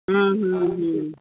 हम्म हम्म हम्म